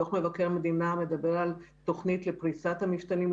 דוח מבקר המדינה מדבר על תכנית לפריסת המפתנים.